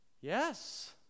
Yes